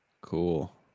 Cool